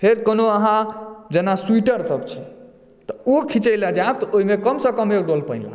फेर कोनो अहाँ जेना स्वीटर सब छै त ओ खीचै लेल जायब तऽ ओहिमे कम सऽ कम एक डोल पानि लागत